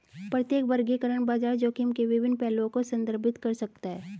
प्रत्येक वर्गीकरण बाजार जोखिम के विभिन्न पहलुओं को संदर्भित कर सकता है